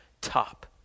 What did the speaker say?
top